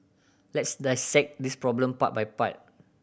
let's dissect this problem part by part